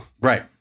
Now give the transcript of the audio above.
right